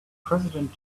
president